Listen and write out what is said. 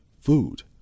food